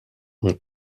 ont